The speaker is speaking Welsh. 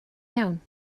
iawn